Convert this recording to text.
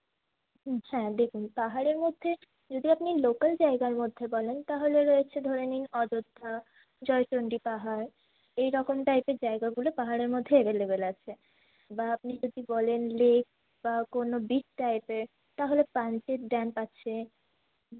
হ্যাঁ দেখুন পাহাড়ের মধ্যে যদি আপনি লোকাল জায়গার মধ্যে বলেন তাহলে রয়েছে ধরে নিন অযোধ্যা জয়চণ্ডী পাহাড় এইরকম টাইপের জায়গাগুলো পাহাড়ের মধ্যে অ্যাভেলেবেল আছে বা আপনি যদি বলেন লেক বা কোনও দ্বীপ টাইপের তাহলে পাঞ্চেৎ ড্যাম আছে